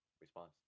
response